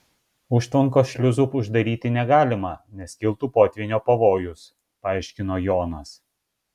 užtvankos šliuzų uždaryti negalima nes kiltų potvynio pavojus paaiškino jonas